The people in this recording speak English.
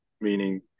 meaning